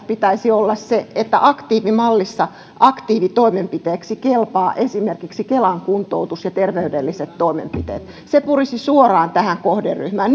pitäisi olla se että aktiivimallissa aktiivitoimenpiteeksi kelpaavat esimerkiksi kelan kuntoutus ja terveydelliset toimenpiteet se purisi suoraan tähän kohderyhmään